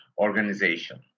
organization